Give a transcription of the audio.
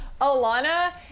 alana